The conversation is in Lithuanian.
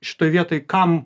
šitoj vietoj kam